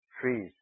trees